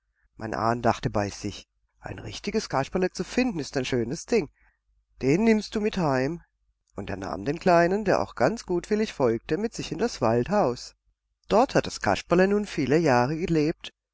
mein ahn dachte bei sich ein richtiges kasperle zu finden ist ein schönes ding den nimmst du mit heim und er nahm den kleinen der auch ganz gutwillig folgte mit sich in das waldhaus dort hat das kasperle nun viele jahre gelebt